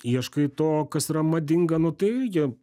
ieškai to kas yra madinga nu tai irgi